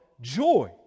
joy